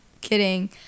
Kidding